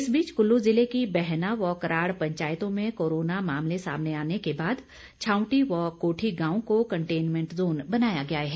इस बीच कुल्लू ज़िले की बैहना व कराड़ पंचायतों में कोरोना मामले सामने आने के बाद छांवटी और कोठी गांव को कंटेनमेंट जोन बनाया गया है